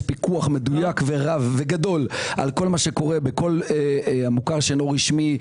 יש פיקוח מדויק ורב על כל מה שקורה במוכר שאינו רשמי,